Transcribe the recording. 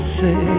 say